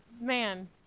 man